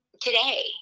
today